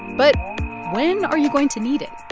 but when are you going to need it?